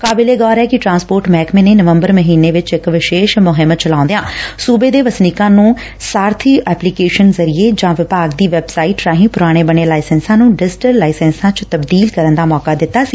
ਕਾਲਿਬੇ ਗੌਰ ਐ ਕਿ ਟਰਾਂਸਪੌਰਟ ਮਹਿਕਮੇ ਨੇ ਨਵੰਬਰ ਮਹੀਨੇ ਇਕ ਵਿਸ਼ੇਸ਼ ਮੁਹਿੰਮ ਚਲਾਉਂਦਿਆਂ ਸੁਬੇ ਦੇ ਵਸਨੀਕਾਂ ਨੰ ਸਾਰਥੀ ਐਪਲੀਕੇਸ਼ਨ ਜ਼ਰੀਏ ਜਾਂ ਵਿਭਾਗ ਦੀ ਵੈਬਸਾਈਟ ਰਾਹੀਂ ਪੁਰਾਣੇ ਬਣੇ ਲਾਇਸੈਂਸਾਂ ਨੰ ਡਿਜੀਟਲ ਲਾਇਸੈਂਸਾਂ ਚ ਤਬਦੀਲ ਕਰਨ ਦਾ ਮੌਕਾ ਦਿੱਤਾ ਸੀ